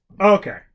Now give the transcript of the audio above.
okay